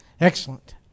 Excellent